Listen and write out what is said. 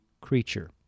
creature